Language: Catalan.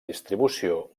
distribució